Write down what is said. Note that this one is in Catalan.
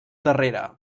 darrere